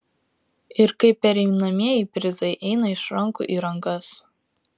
ir kaip pereinamieji prizai eina iš rankų į rankas